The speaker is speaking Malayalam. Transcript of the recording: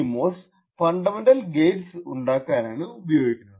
CMOS ഫണ്ടമെന്റൽ ഗേറ്റ്സ് ഉണ്ടാക്കാനാണ് ഉപയോഗിക്കുന്നത്